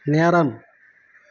நேரம்